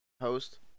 host